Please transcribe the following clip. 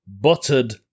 Buttered